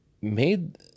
made